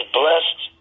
blessed